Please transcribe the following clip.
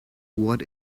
what